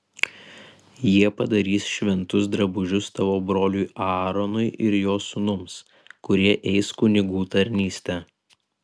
jie padarys šventus drabužius tavo broliui aaronui ir jo sūnums kurie eis kunigų tarnystę